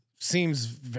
seems